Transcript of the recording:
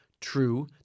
True